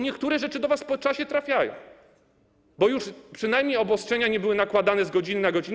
Niektóre rzeczy do was po czasie trafiają, bo przynajmniej obostrzenia nie były nakładane z godziny na godzinę.